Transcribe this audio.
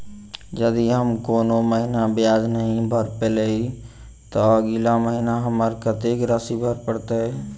यदि हम कोनो महीना ब्याज नहि भर पेलीअइ, तऽ अगिला महीना हमरा कत्तेक राशि भर पड़तय?